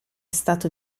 stato